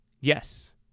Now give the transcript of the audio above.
yes